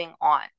on